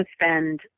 Spend